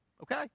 okay